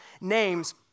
names